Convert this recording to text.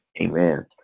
Amen